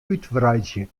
útwreidzje